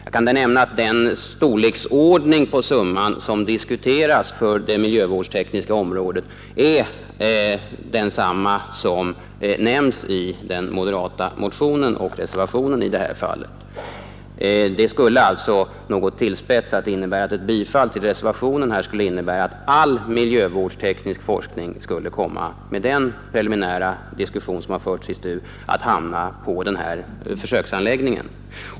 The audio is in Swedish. Jag kan nämna att storleksordningen på summan som diskuteras för det miljövårdstekniska området är ungefär densamma som nämns i den moderata motionen och i reservationen vid den här punkten. Något tillspetsat skulle alltså ett bifall till reservationen innebära att all miljövårdsteknisk forskning skulle, med den preliminära diskussion som förts i STU, hamna på den här försöksanläggningen.